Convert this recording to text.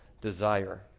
desire